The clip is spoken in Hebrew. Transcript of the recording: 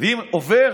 ואם עובר,